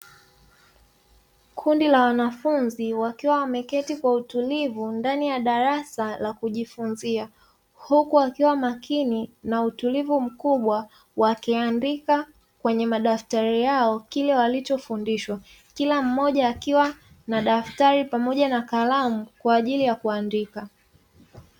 Kundi la wanafunzi wakiwa wameketi kwa utulivu ndani ya darasa la kujifunzia huku akiwa makini na utulivu mkubwa wakiandika kwenye madaftari yao kile walichofundishwa, kila mmoja akiwa na daftari pamoja na kalamu kwa ajili ya kuandika.